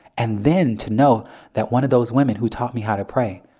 and then to know that one of those women who taught me how to pray,